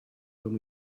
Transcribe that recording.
when